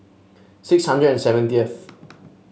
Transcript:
six hundred and seventieth